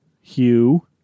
Hugh